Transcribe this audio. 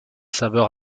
saveur